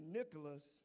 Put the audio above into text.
Nicholas